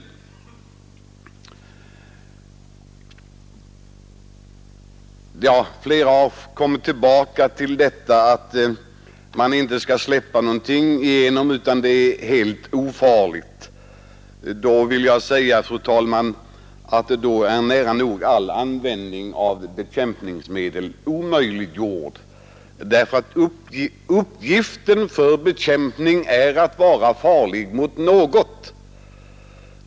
Flera talare har kommit tillbaka till den uppfattningen att man inte skall släppa igenom någonting utan att först konstatera att det är helt ofarligt. Då vore, fru talman, nära nog all användning av bekämpningsmedel omöjliggjord. Bekämpningens uppgift är att vara farlig mot något.